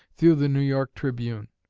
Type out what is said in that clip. through the new york tribune.